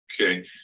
Okay